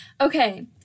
Okay